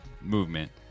movement